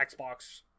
xbox